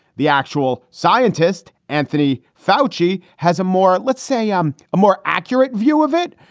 the actual scientist, anthony foushee, has a more let's say, um a more accurate view of it,